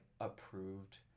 approved